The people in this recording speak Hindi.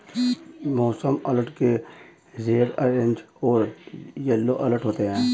मौसम अलर्ट के रेड ऑरेंज और येलो अलर्ट होते हैं